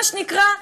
מה שנקרא,